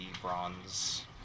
bronze